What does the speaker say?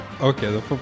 Okay